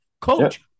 coach